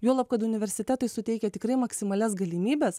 juolab kad universitetai suteikia tikrai maksimalias galimybes